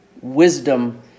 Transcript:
wisdom